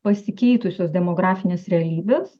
pasikeitusios demografinės realybės